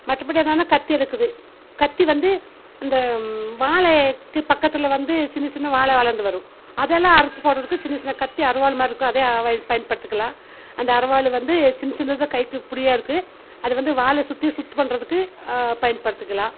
மற்றபடி என்னானால் கத்தி இருக்குது கத்தி வந்து இந்த வாழைக்கு பக்கத்தில் வந்து சின்ன சின்ன வாழை வளர்ந்து வரும் அதெல்லாம் அறுத்து போடுறதுக்கு சின்ன சின்ன கத்தி அரிவாள் மாதிரியிருக்கும் அதை பயன்படுத்திக்கிலாம் அந்த அரிவாள் வந்து சின்ன சின்னதாக கைக்கு பிடியாருக்கு அது வந்து வாழை சுற்றி சுத்தம் பண்ணுறதுக்கு பயன்படுத்திக்கிலாம்